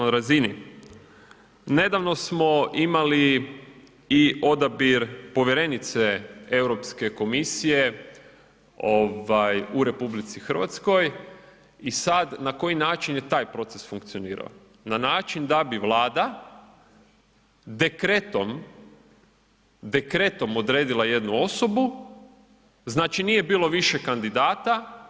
Nedavno smo imali i odabir povjerenice Europske komisije u RH i sada na koji način je taj proces funkcionirao, na način da bi Vlada dekretom odredila jednu osobu, znači nije bilo više kandidata.